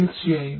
തീർച്ചയായും